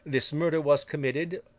this murder was committed,